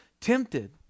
tempted